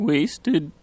Wasted